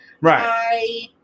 right